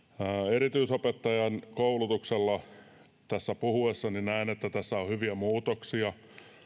erityisopettajan koulutuksella tässä puhuessani näen että tässä on hyviä muutoksia